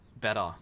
better